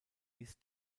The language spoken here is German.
ist